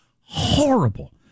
horrible